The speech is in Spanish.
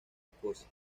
escocia